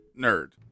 nerd